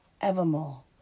evermore